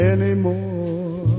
Anymore